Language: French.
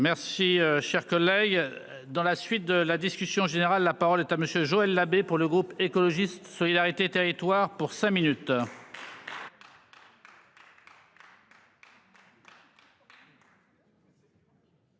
Merci cher collègue. Dans la suite de la discussion générale. La parole est à monsieur Joël Labbé. Pour le groupe écologiste solidarité et territoires pour cinq minutes.